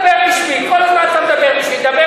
אלא "דודאי מידת כל אדם ללמוד תורה ודרך ארץ דאין